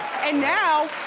and now,